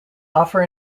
offer